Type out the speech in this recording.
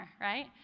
right